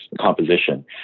composition